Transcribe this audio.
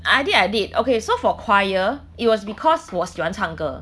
I did I did okay so for choir it was because 我喜欢唱歌